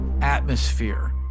atmosphere